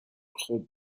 خوب